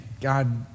God